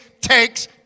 takes